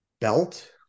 belt